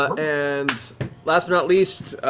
and last but not least,